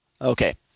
Okay